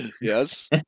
Yes